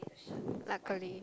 luckily